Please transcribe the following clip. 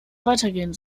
weitergehen